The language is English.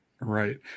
Right